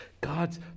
God's